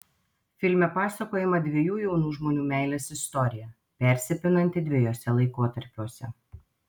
filme pasakojama dviejų jaunų žmonių meilės istorija persipinanti dviejuose laikotarpiuose